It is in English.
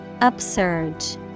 Upsurge